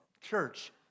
church